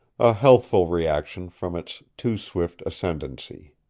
a healthful reaction from its too swift ascendency.